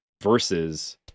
versus